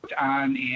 on